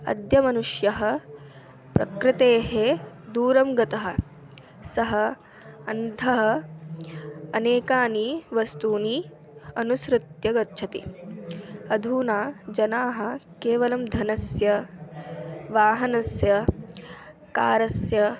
अद्य मनुष्यः प्रकृतेः दूरं गतः सः अन्धः अनेकानि वस्तूनि अनुसृत्य गच्छति अधुना जनाः केवलं धनस्य वाहनस्य कारस्य